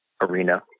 arena